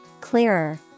clearer